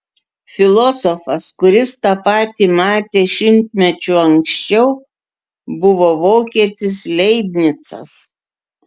filosofas kuris tą patį matė šimtmečiu anksčiau buvo vokietis leibnicas